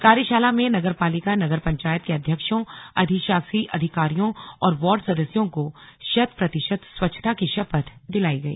कार्यशाला में नगरपालिका नगर पंचायत के अध्यक्षों अधिशासी अधिकारियों और वार्ड सदस्यों को शत प्रतिशत स्वच्छता की शपथ दिलाई गई